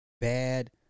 bad